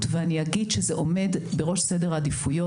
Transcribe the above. ואני אגיד שזה עומד בראש סדר העדיפויות.